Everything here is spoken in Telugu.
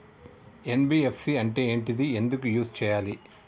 ఎన్.బి.ఎఫ్.సి అంటే ఏంటిది ఎందుకు యూజ్ చేయాలి?